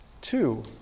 Two